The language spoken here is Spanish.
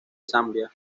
zambia